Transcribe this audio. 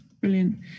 Brilliant